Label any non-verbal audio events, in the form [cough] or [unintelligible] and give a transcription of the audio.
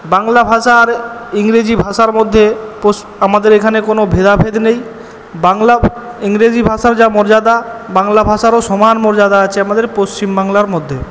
বাংলা ভাষা আর ইংরেজি ভাষার মধ্যে [unintelligible] আমাদের এখানে কোনো ভেদাভেদ নেই বাংলা ইংরেজি ভাষার যা মর্যাদা বাংলা ভাষারও সমান মর্যাদা আছে আমাদের পশ্চিমবাংলার মধ্যে